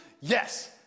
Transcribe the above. Yes